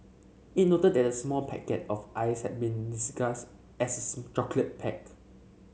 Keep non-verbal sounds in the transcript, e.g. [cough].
it noted that a small packet of ice had been disguised as [unintelligible] chocolate pack